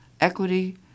equity